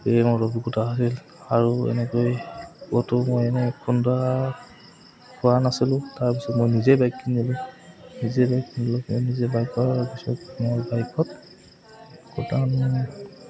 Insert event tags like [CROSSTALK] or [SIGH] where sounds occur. এই মোৰ অভিজ্ঞতা আছিল আৰু এনেকৈ ক'তো মই এনেই খুন্দা খোৱা নাছিলোঁ তাৰপিছত মই নিজেই বাইক কিনিলোঁ নিজে বাইক কিনিলো মই নিজে বাইকৰ পিছত মোৰ বাইকত [UNINTELLIGIBLE]